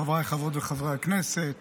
חבריי חברות וחברי הכנסת